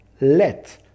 let